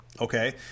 Okay